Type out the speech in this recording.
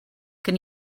can